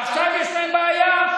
עכשיו יש להם בעיה: